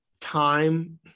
time